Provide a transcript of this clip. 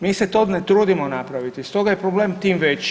Mi se to ne trudimo napraviti, stoga je problem tim veći.